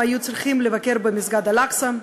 הם היו צריכים לבקר במסגד אל-אקצא,